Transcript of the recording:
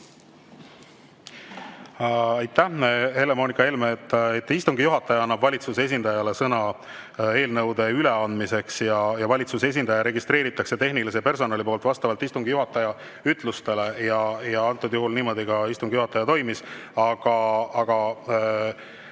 Aitäh, Helle-Moonika Helme! Istungi juhataja annab valitsuse esindajale sõna eelnõude üleandmiseks ja valitsuse esindaja registreeritakse tehnilise personali poolt vastavalt istungi juhataja ütlustele. Antud juhul niimoodi istungi juhataja ka toimis. Aga